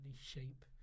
shape